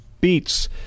beats